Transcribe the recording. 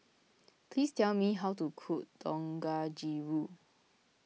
please tell me how to cook Dangojiru